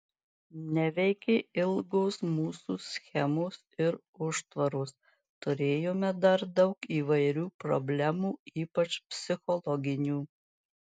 neveikė ilgos mūsų schemos ir užtvaros turėjome dar daug įvairių problemų ypač psichologinių